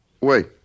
Wait